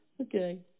Okay